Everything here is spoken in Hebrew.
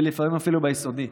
ולפעמים אפילו ביסודי.